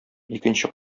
икенче